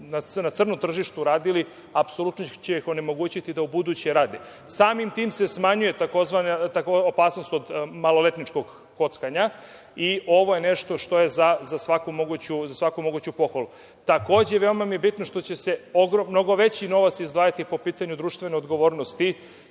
na crnom tržištu radili apsolutno će ih onemogućiti da ubuduće rade. Samim tim se smanjuje opasnost od maloletničkog kockanja i ovo je nešto što je za svaku moguću pohvalu. Takođe, veoma mi je bitno što će se mnogo veći novac izdvajati po pitanju društvene odgovornosti